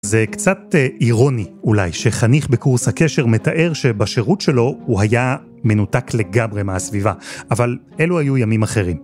זה קצת אירוני אולי שחניך בקורס הקשר מתאר שבשירות שלו הוא היה מנותק לגמרי מהסביבה אבל אלו היו ימים אחרים.